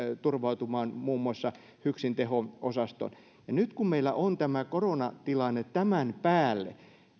turvautumaan muun muassa hyksin teho osastoon nyt kun meillä on tämä koronatilanne tämän päälle